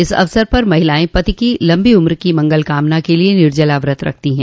इस अवसर पर महिलायें पति की लंबी उम्र की मंगल कामना के लिये निर्जला व्रत रखती हैं